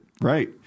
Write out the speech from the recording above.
right